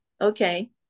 Okay